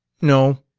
no.